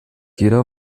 jeder